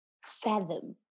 fathom